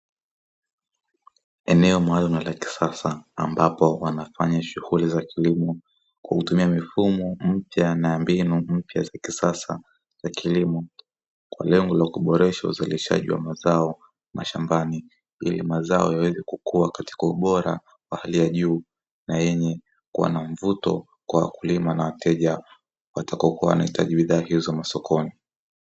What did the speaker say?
Eneo maalumu na la kisasa ambapo wanafanya shughuli za kilimo kwa kutumia mifumo mpya na mbinu mpya za kisasa za kilimo, kwa lengo la kuboresha uzalishaji wa mazao mashambani, ili mazao yaweze kukua katika ubora wa hali ya juu na yenye kuwa na mvuto kwa wakulima na wateja watakao kuwa wanahitaji bidhaa hizo masokoni.